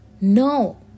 no